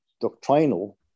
doctrinal